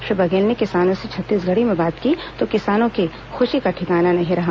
श्री बघेल ने किसानों से छत्तीसगढ़ी में बात की तो किसानों की खुशी का ठिकाना नहीं रहा